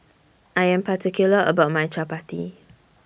I Am particular about My Chappati